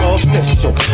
Official